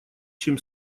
чем